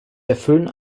erfüllen